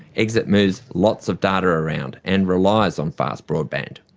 exit moves lots of data around and relies on fast broadband.